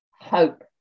hope